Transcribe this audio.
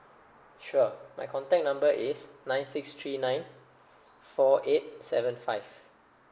sure my contact number is nine six three nine four eight seven five